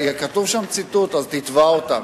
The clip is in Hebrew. כתוב שם ציטוט, אז תתבע אותם.